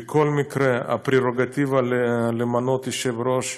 בכל מקרה, הפררוגטיבה למנות יושב-ראש,